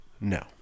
No